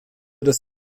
das